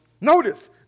Notice